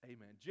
Amen